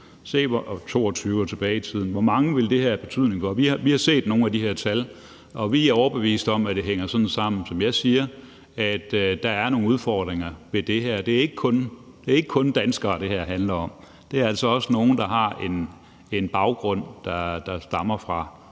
2022 og tilbage i tiden. Vi har set nogle af de her tal, og vi er overbevist om, at det hænger sammen sådan, som jeg siger. Der er nogle udfordringer med det her. Det er ikke kun danskere, det her handler om. Det er altså også nogle, der har en baggrund fra